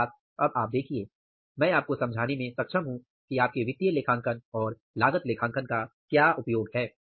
अर्थात अब आप देखिए मैं आपको समझाने में सक्षम हूं कि आपके वित्तीय लेखांकन और लागत लेखांकन का क्या उपयोग है